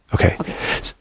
Okay